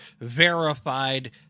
verified